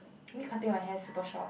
me cutting my hair super short